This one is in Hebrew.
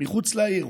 מחוץ לעיר.